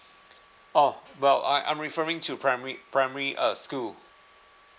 oh well I'm referring to primary primary uh school